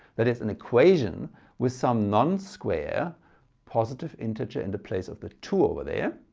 that is an equation with some non-square positive integer in the place of the two over there.